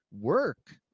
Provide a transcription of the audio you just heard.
work